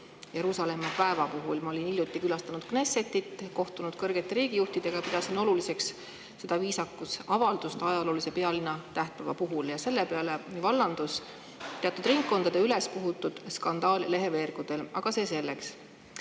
Jeruusalemma päeva puhul. Ma olin hiljuti külastanud Knessetit, kohtunud kõrgete riigijuhtidega ja pidasin seda viisakusavaldust ajaloolise pealinna tähtpäeva puhul oluliseks. Selle peale vallandus teatud ringkondade ülespuhutud skandaal leheveergudel, aga see selleks.